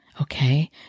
Okay